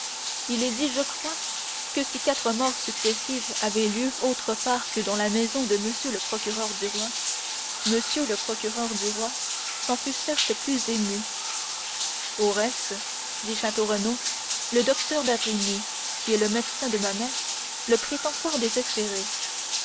il est dit je crois que si quatre morts successives avaient eu lieu autre part que dans la maison de m le procureur du roi m le procureur du roi s'en fût certes plus ému au reste dit château renaud le docteur d'avrigny qui est le médecin de ma mère le prétend fort désespéré